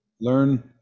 learn